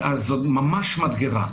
זו ממש מדגרה.